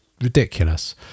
ridiculous